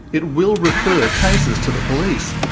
it will refer cases to the police.